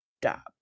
stop